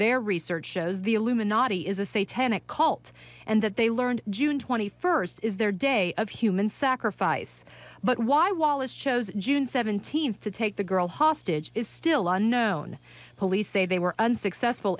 their research shows the illuminati is a satanic cult and that they learned june twenty first is their day of human sacrifice but why wallace chose june seventeenth to take the girl hostage is still unknown police say they were unsuccessful